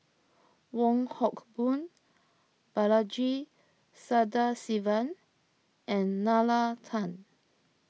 Wong Hock Boon Balaji Sadasivan and Nalla Tan